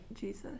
Jesus